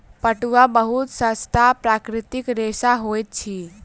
पटुआ बहुत सस्ता प्राकृतिक रेशा होइत अछि